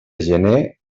gener